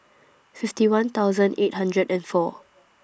fifty one thousand eight hundred and four